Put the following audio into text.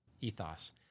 ethos